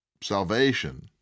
salvation